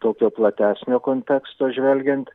tokio platesnio konteksto žvelgiant